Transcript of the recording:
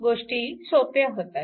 गोष्टी सोप्या होतात